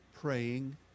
praying